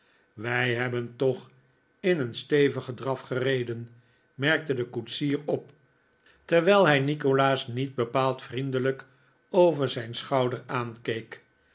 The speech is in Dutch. wij hebben toch in een stevigen draf gereden merkte de koetsier op terwijl hij nikolaas niet bepaald vriendelijk over zijn schouder aankeek